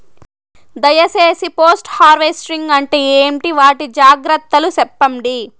దయ సేసి post harvesting అంటే ఏంటి? వాటి జాగ్రత్తలు సెప్పండి?